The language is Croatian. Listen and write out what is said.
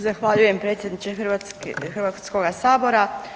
Zahvaljujem predsjedniče Hrvatskoga sabora.